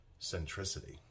centricity